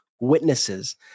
witnesses